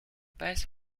best